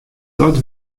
dat